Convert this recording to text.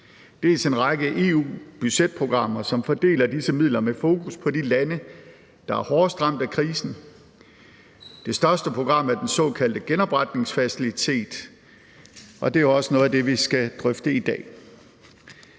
dels en række EU-budgetprogrammer, som fordeler disse midler med fokus på de lande, der er hårdest ramt af krisen. Det største program er den såkaldte genopretningsfacilitet, og det er også noget af det, vi skal drøfte i dag.